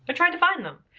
but tried to find them.